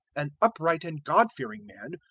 an upright and god-fearing man,